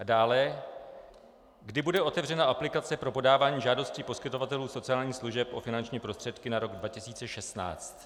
A dále, kdy bude otevřena aplikace pro podávání žádostí poskytovatelů sociálních služeb o finanční prostředky na rok 2016?